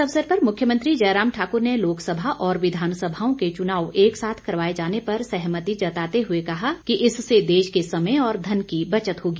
इस अवसर पर मुख्यमंत्री जयराम ठाकर ने लोकसभा और विधानसभाओं के चुनाव एक साथ करवाए जाने पर सहमति जताते हुए कहा कि इससे देश के समय और धन की बचत होगी